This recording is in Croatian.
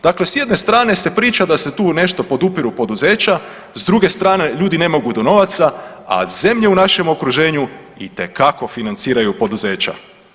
Dakle, s jedne strane se priča da se tu nešto podupiru poduzeća, s druge strane ljudi ne mogu do novaca, a zemlje u našem okruženju itekako financiraju poduzeća.